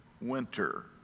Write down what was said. winter